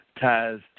ties